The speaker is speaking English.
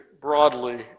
broadly